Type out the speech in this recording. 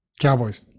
Cowboys